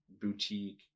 boutique